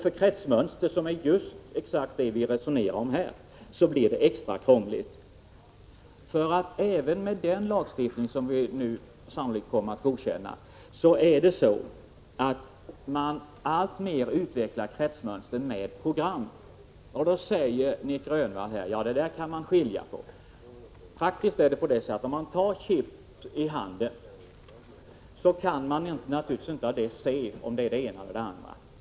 För kretsmönster, som vi resonerar om här, blir det extra krångligt med den lagstiftning som vi nu sannolikt kommer att godkänna. Man utvecklar nämligen alltmer kretsmönster med program. Nic Grönvall säger då att det går att skilja mellan program och mönster. Men om man tar ett chip och lägger det i handen går det rent praktiskt inte att se om det är fråga om det ena eller det andra.